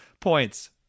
Points